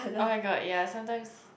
oh-my-god ya sometimes